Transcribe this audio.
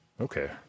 okay